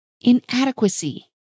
inadequacy